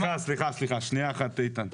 סליחה, סליחה, שנייה אחת איתן.